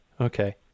okay